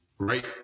Right